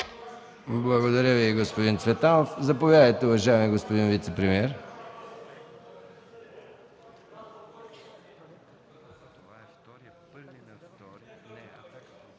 Благодаря Ви, господин Цветанов. Заповядайте, уважаеми господин вицепремиер.